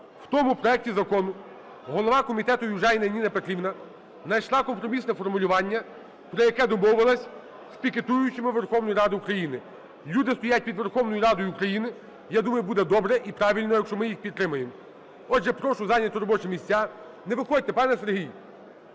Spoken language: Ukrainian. В тому проекті закону голова комітету Южаніна Ніна Петрівна знайшла компромісне формулювання, про яке домовилась з пікетуючими Верховної Ради України. Люди стоять під Верховною Радою України, я думаю, буде добре і правильно, якщо ми їх підтримаємо. Отже, прошу зайняти робочі місця. Не виходьте, пане Сергій.